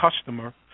customer